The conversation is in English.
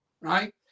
right